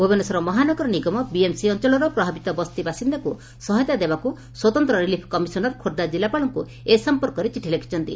ଭୁବନେଶ୍ୱର ମହାନଗର ନିଗମ ବିଏମ୍ସି ଅଞ୍ଚଳର ପ୍ରଭାବିତ ବସ୍ତି ବାସିନ୍ଦାଙ୍କୁ ସହାୟତା ଦେବାକୁ ସ୍ୱତନ୍ତ ରିଲିଫ୍ କମିଶନର ଖୋର୍ବ୍ଧା ଜିଲ୍ଲପାଳଙ୍କୁ ଏ ସଂପର୍କରେ ଚିଠି ଲେଖୃଛନ୍ତି